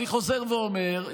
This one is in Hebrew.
אני חוזר ואומר,